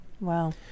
Wow